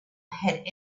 had